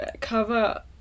cover